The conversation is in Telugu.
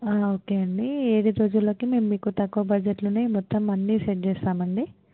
ఓకే అండి ఏడు రోజులకి మేము మీకు తక్కువ బడ్జెట్లోనే మొత్తం అన్ని సెట్ చేస్తామండి